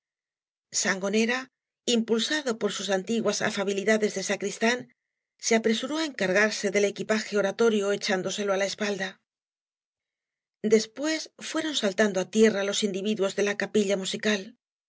sangonera impulsado por sus antiguas afabiiidades de sacrístáa se apresuró á eocargaree del equipaje oratorio echáadoselo á la espalda después fueron saltando á tierra ios individuos de la capilla musical